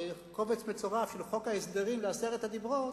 בקובץ מצורף של חוק ההסדרים לעשרת הדיברות,